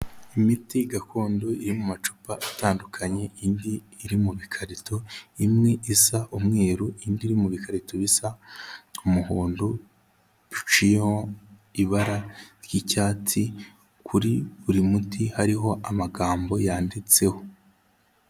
Imiti gakondo iri mu macupa atandukanye indi iri mu bikarito, imwe isa umweru indi iri mu bikarito bisa umuhondo, biciyeho ibara ry'icyatsi kuri buri muti hariho amagambo yanditseho.